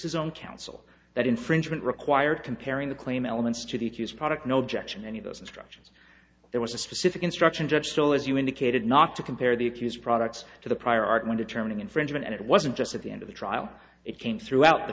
his own counsel that infringement required comparing the claim elements to the accused product no objection any of those instructions there was a specific instruction judge still as you indicated not to compare the accused products to the prior art when determining infringement and it wasn't just at the end of the trial it came throughout the